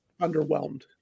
underwhelmed